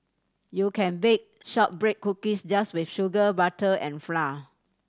you can bake shortbread cookies just with sugar butter and flour